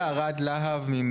לברך.